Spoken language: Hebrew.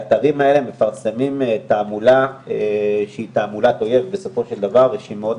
האתרים האלה מפרסמים תעמולת אויב שהיא מסוכנת מאוד.